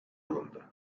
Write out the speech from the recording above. alındı